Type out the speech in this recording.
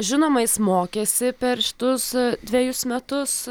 žinoma jis mokėsi per šitus dvejus metus